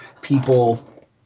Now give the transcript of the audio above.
people